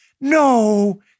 No